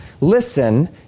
listen